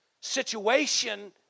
situation